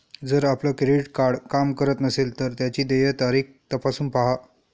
जर आपलं credit card काम करत नसेल तर त्याची देय तारीख तपासून पाहा